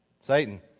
Satan